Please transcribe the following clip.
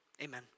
amen